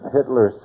Hitler